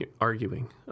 arguing